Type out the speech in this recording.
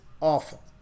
awful